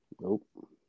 nope